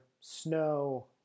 snow